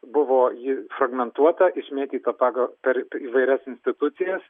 buvo ji fragmentuota išmėtyta pagal per įvairias institucijas